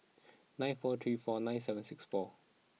nine four three four nine seven six four